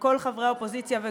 וכל חברי האופוזיציה.